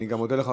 אני גם מודה לך,